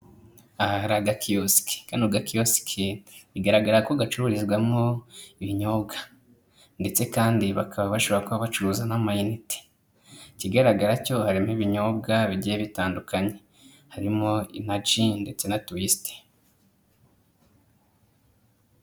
Aha hari agakiyosiki, kano gakiyosiki bigaragara ko gacururi ibinyobwa ndetse kandi bakaba bashobora kuba bacuruza n'amayinite, ikigaragara cyo harimo ibinyobwa bigiye bitandukanye, harimo inaji ndetse na tuwisite.